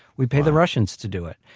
we pay the russians to do it.